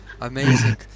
Amazing